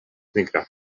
nigra